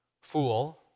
fool